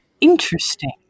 Interesting